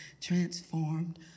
transformed